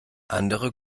andere